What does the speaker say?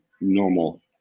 normal